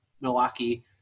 Milwaukee